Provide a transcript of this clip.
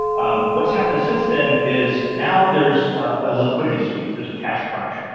um what's happened since then is now there's a liquidity squeeze. there's a cash crunch.